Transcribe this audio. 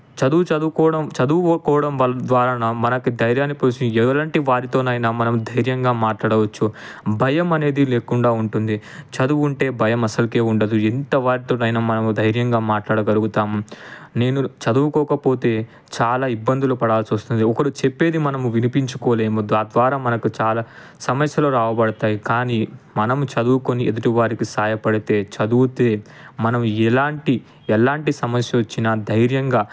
చదువు చదువుకోవడం చదువుకోవడం వల్ల ద్వారానా మనకి ధర్యాన్ని పోసి ఎలాంటి వారితోనైనా మనం ధైర్యంగా మాట్లాడవచ్చు భయం అనేది లేకుండా ఉంటుంది చదువు ఉంటే భయం అస్సలకే ఉండదు ఎంత వారితోనైనా మనం ధైర్యంగా మాట్లాడగలుగుతాం నేను చదువుకోకపోతే చాలా ఇబ్బందులు పడాల్సి వస్తుంది ఒకరు చెప్పేది మనం వినిపించుకోలేము దాని ద్వారా మనకి చాలా సమస్యలు రాబడతాయి కానీ మనం చదువుకొని ఎదుటివారికి సహాయ పడితే చదువుతే మనం ఎలాంటి ఎలాంటి సమస్య వచ్చినా ధైర్యంగా